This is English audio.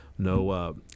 No